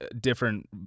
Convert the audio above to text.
different